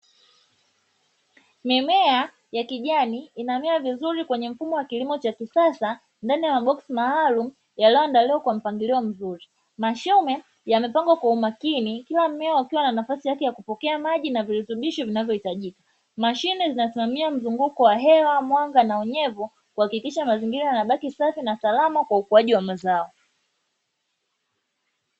Mimea ya kijani inamea vizuri kwenye mfumo wa kilimo cha kisasa ndani ya maboksi maalumu yaliyoandaliwa kwa mpangilio mzuri, mashina yamepakwa kwa umakini kila mmea ukiwa na nafasi yake ya kupokea maji na virutubisho vinavyohitajika, mashine zinasimamia mzunguko wa hewa, mwanga na unyevu kuhakikisha mazingira yanabaki safi na salama kwa ukuaji wa mazao.